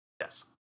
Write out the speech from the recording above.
Yes